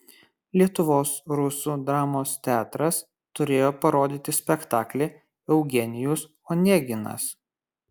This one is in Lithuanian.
lietuvos rusų dramos teatras turėjo parodyti spektaklį eugenijus oneginas